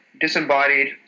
disembodied